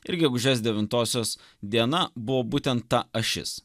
ir gegužės devintosios diena buvo būtent ta ašis